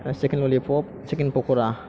सिकेन lollipop सिकेन पक'रा